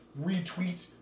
retweet